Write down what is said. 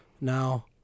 Now